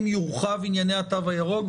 אם יורחבו ענייני התו הירוק,